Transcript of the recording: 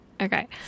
Okay